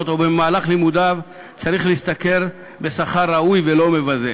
או במהלך לימודיו צריך להשתכר שכר ראוי ולא מבזה.